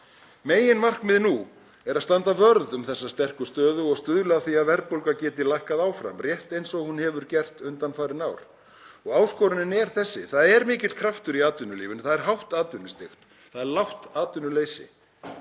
Meginmarkmiðið nú er að standa vörð um þessa sterku stöðu og stuðla að því að verðbólga geti lækkað áfram, rétt eins og hún hefur gert undanfarin ár. Áskorunin er þessi: Það er mikill kraftur í atvinnulífinu, það er hátt atvinnustig, það er lágt atvinnuleysi,